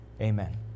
Amen